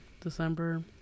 December